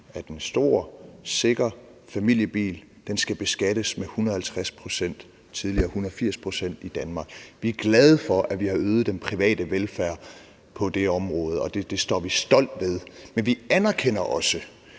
at en stor, sikker familiebil skal beskattes med 150 pct., tidligere 180 pct., i Danmark. Vi er glade for, at vi har øget den private velfærd på det område, og det står vi stolt ved. Men vi anerkender også,